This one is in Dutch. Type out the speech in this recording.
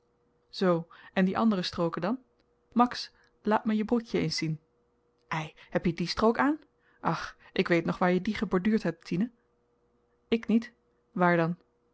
zoo en die anderen strooken dan max laat me je broekjen eens zien ei heb je die strook aan ach ik weet nog waar je die geborduurd hebt tine ik niet waar dan